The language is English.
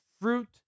fruit